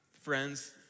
Friends